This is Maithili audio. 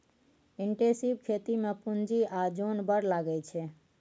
इंटेसिब खेती मे पुंजी आ जोन बड़ लगै छै